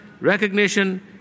recognition